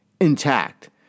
intact